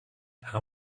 how